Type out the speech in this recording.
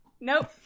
Nope